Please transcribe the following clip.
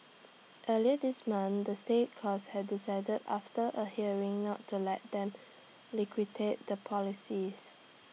earlier this month the state courts has decided after A hearing not to let them liquidate the policies